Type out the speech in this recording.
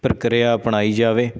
ਪ੍ਰਕਿਰਿਆ ਅਪਣਾਈ ਜਾਵੇ